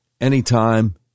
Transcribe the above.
anytime